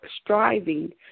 striving